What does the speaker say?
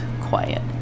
quiet